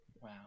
Wow